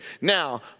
Now